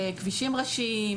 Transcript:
כבישים ראשיים,